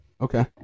Okay